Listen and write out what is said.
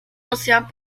anciens